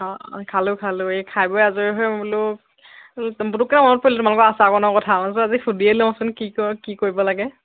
অঁ খালোঁ খালোঁ এই খাই বৈ আজৰি হৈ মই বোলো পুটুককেৈ মনত পৰিল তোমালোকৰ আচাৰ বনোৱা কথা মই বোলো আজি সুধিয়ে লওঁচোন কি কয় কি কৰিব লাগে